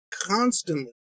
constantly